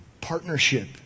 partnership